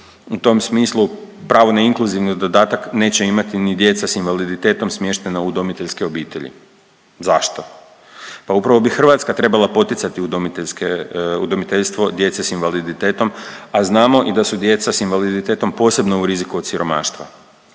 U tom smislu pravo na inkluzivni dodatak neće imati ni djeca s invaliditetom smještena u udomiteljske obitelji. Zašto? Pa upravo bi Hrvatska trebala poticati udomiteljske, udomiteljstvo djece s invaliditetom, a znamo i da su djeca s invaliditetom posebno u riziku od siromaštava.